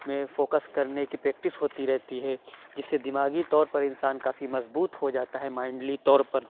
میں فوکس کرنے کی پریکٹس ہوتی رہتی ہے جس سے دماغی طور پر انسان کافی مضبوط ہو جاتا ہے مائنڈلی طور پر